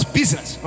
business